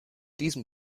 diesem